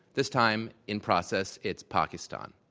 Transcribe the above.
this time in process it's pakistan.